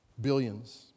billions